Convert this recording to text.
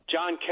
John